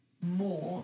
more